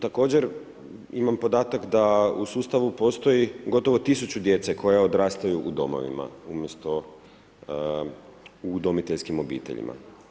Također imam podatak da u sustavu postoji gotovo tisuću djece koja odrastaju u domovima umjesto u udomiteljskim obiteljima.